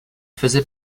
faisait